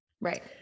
Right